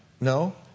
No